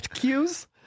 cues